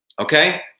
Okay